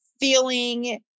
feeling